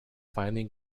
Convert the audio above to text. finally